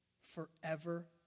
forever